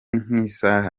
nk’isaha